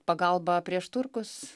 pagalba prieš turkus